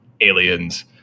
aliens